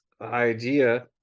idea